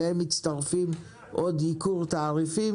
אליהם מצטרפים עוד ייקור תעריפים.